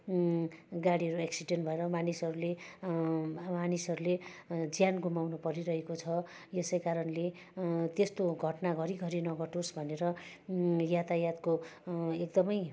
गाडीहरू एक्सिडेन्ट भएर मानिसहरूले मानिसहरूले ज्यान गुमाउन परिरहेको छ यसै कारणले त्यस्तो घटना घरिघरि नघटोस् भनेर यातायातको एकदमै